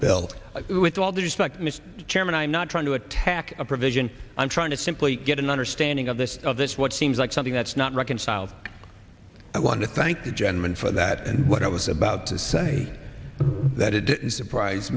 bill with all due respect mr chairman i'm not trying to attack a provision i'm trying to simply get an understanding of this of this what seems like something that's not reconciled i want to thank the gentleman for that and what i was about to say that it didn't surprise